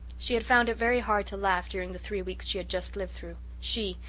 she had found it very hard to laugh during the three weeks she had just lived through she,